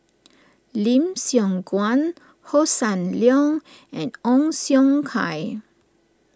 Lim Siong Guan Hossan Leong and Ong Siong Kai